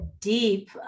deep